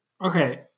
okay